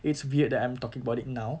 it's weird that I'm talking about it now